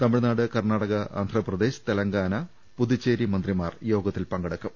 തമിഴ്നാട് കർണ്ണാടക ആന്ധ്രാപ്രദേശ് തെലങ്കാന പുതുച്ചേരി മന്ത്രിമാർ യോഗത്തിൽ പങ്കെടുക്കും